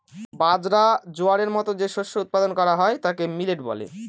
বাজরা, জোয়ারের মতো যে শস্য উৎপাদন করা হয় তাকে মিলেট বলে